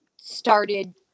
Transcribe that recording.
started